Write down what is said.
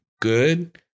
good